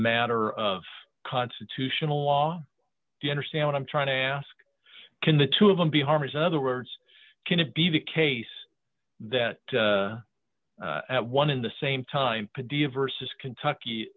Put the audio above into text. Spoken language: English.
matter of constitutional law do you understand what i'm trying to ask can the two of them be harvey's other words can it be the case that at one in the same time today versus kentucky